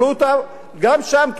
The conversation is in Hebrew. קיבלו אותם גם שם,